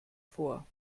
vor